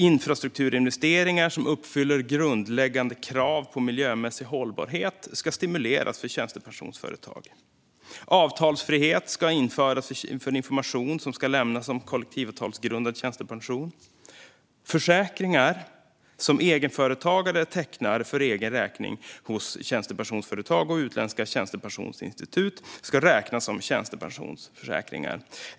Infrastrukturinvesteringar som uppfyller grundläggande krav på miljömässig hållbarhet ska stimuleras för tjänstepensionsföretag. Avtalsfrihet ska införas för information som ska lämnas om kollektivavtalsgrundad tjänstepension. Försäkringar som egenföretagare tecknar för egen räkning hos tjänstepensionsföretag och utländska tjänstepensionsinstitut ska räknas som tjänstepensionsförsäkringar.